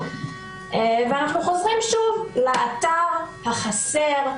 ואנחנו חוזרים שוב לאתר החסר,